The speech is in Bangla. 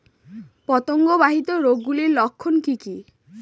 পতঙ্গ বাহিত রোগ গুলির লক্ষণ কি কি?